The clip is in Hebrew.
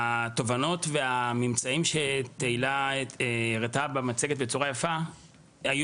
התובנות והממצאים שתהילה הראתה במצגת בצורה יפה היו